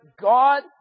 God